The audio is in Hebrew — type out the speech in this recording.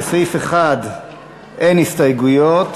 לסעיף 1 אין הסתייגויות.